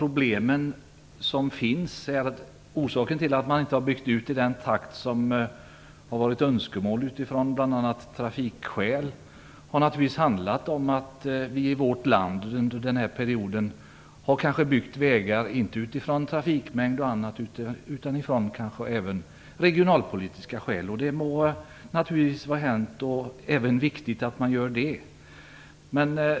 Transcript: Orsaken till att man inte har byggt ut i den takt som det har funnits önskemål om, bl.a. av trafikskäl, har naturligtvis varit att vi i vårt land under den här perioden har byggt vägar inte utifrån trafikmängd och annat utan även av regionalpolitiska skäl. Det må naturligtvis vara hänt och även viktigt att man gör det.